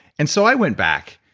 and so i went back,